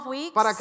weeks